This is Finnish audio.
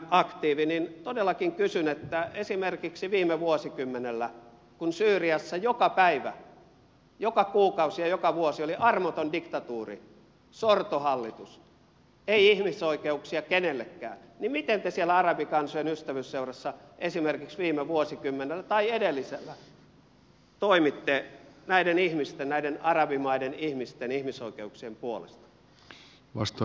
aktiivi niin todellakin kysyn kun syyriassa joka päivä joka kuukausi ja joka vuosi oli armoton diktatuuri sortohallitus ei ihmisoikeuksia kenellekään miten te siellä arabikansojen ystävyysseurassa esimerkiksi viime vuosikymmenellä tai edellisellä toimitte näiden arabimaiden ihmisten ihmisoi keuksien puolesta